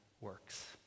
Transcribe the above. works